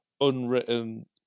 unwritten